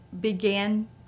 began